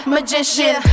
Magician